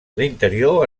l’interior